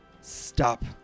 stop